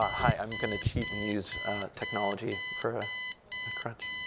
ah hi, i'm gonna cheat and use technology for a crutch.